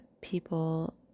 people